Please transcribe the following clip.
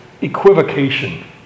equivocation